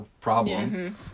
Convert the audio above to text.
problem